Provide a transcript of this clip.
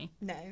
no